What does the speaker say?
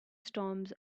storms